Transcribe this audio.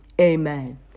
Amen